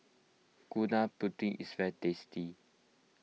Gudeg Putih is fat tasty